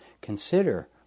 consider